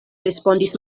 respondis